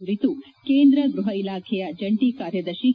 ಕುರಿತು ಕೇಂದ್ರ ಗ್ಬಹ ಇಲಾಖೆಯ ಜಂಟಿ ಕಾರ್ಯದರ್ಶಿ ಕೆ